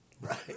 Right